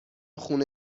خونه